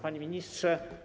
Panie Ministrze!